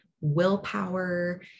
willpower